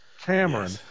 Cameron